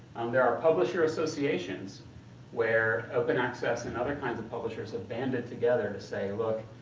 there are publisher associations where open access and other kinds of publishers have banded together to say, look,